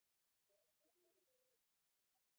Takk